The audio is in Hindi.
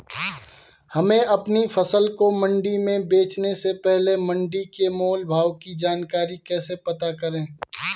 हमें अपनी फसल को मंडी में बेचने से पहले मंडी के मोल भाव की जानकारी कैसे पता करें?